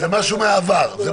זה משהו מהעבר.